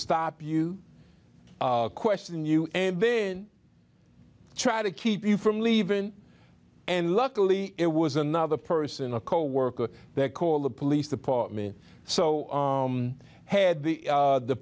stop you question you and then try to keep you from leavin and luckily it was another person a coworker that call the police department so i had the